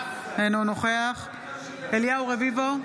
אינו נוכח אליהו רביבו,